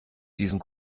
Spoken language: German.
diesen